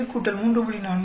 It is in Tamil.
4 2 9